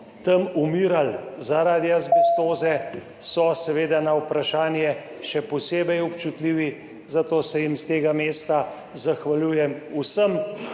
tam umirali zaradi azbestoze, so seveda na to vprašanje še posebej občutljivi, zato se s tega mesta zahvaljujem vsem,